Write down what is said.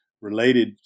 related